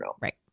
Right